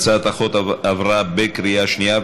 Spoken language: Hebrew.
הצעת החוק עברה בקריאה שנייה.